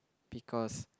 because